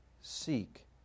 seek